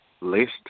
list